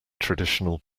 traditional